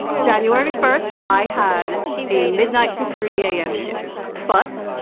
january first, i had a midnight to three am shift. but,